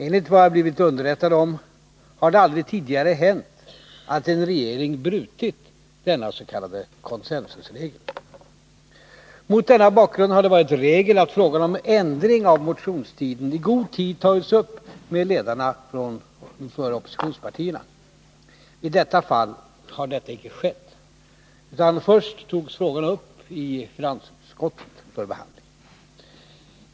Enligt vad jag blivit underrättad om har det aldrig tidigare hänt att en regering brutit denna s.k. consensusregel. Mot denna bakgrund har det varit regel att frågan om ändring av motionstiden i god tid tagits upp med ledarna för oppositionspartierna. I detta fall har detta icke skett, utan frågan togs först upp i finansutskottet för behandling.